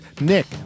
Nick